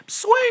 Swing